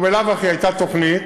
בלאו הכי הייתה תוכנית,